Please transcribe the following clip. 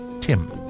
Tim